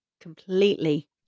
completely